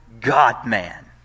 God-man